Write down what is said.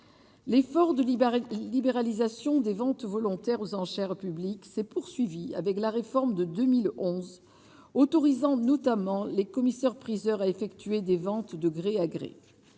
explique libéralisation des ventes volontaires aux enchères publiques s'est poursuivie avec la réforme de 2011 autorisant notamment les commissaires-priseurs a effectué des ventes de gré à gré,